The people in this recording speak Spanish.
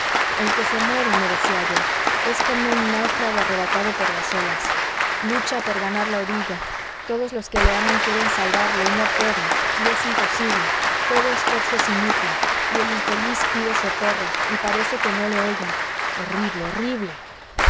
el que se muere me decía yo es como un náufrago arrebatado por las olas lucha por ganar la orilla todos los que le aman quieren salvarle y no pueden y es imposible todo esfuerzo es inútil y el infeliz pide socorro y parece que no le oyen horrible horrible